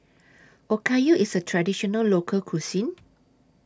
Okayu IS A Traditional Local Cuisine